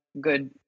good